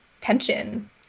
tension